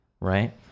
right